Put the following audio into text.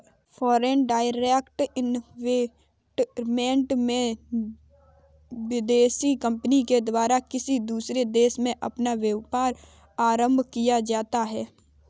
foreign direct investment में विदेशी company के द्वारा किसी दूसरे देश में अपना व्यापार आरंभ किया जाता है